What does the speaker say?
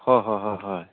হয় হয় হয় হয়